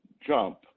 jump